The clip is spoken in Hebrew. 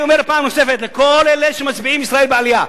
אני אומר פעם נוספת לכל אלה שמצביעים ישראל בעלייה: